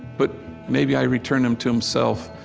but maybe i return him to himself.